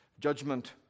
judgment